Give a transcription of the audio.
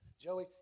Joey